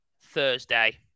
Thursday